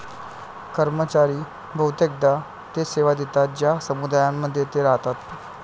कर्मचारी बहुतेकदा ते सेवा देतात ज्या समुदायांमध्ये ते राहतात